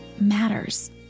matters